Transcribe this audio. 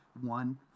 one